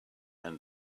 and